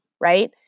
right